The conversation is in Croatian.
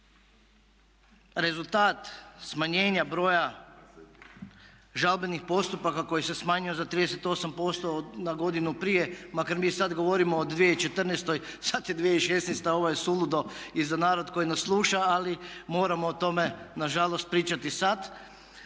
rezultat smanjenja broja žalbenih postupaka koji se smanjuju za 38% na godinu prije, makar mi sada govorimo o 2014., sada je 2016., ovo je suludo i za narod koji nas sluša ali moramo o tome nažalost pričati sada.